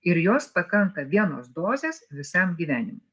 ir jos pakanka vienos dozės visam gyvenimui